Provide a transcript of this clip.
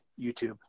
YouTube